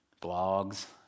blogs